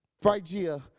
Phrygia